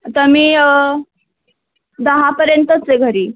आता मी दहापर्यंतच आहे घरी